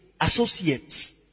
associates